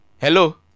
Hello